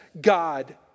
God